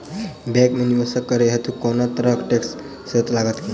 Bank मे निवेश करै हेतु कोनो तरहक टैक्स सेहो लागत की?